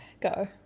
Go